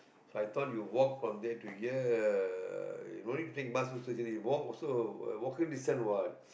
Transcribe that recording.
I thought you walk from there to here no need to take bus also uh walk also walking distance what